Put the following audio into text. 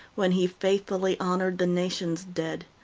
when he faithfully honored the nation's dead?